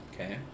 Okay